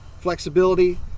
flexibility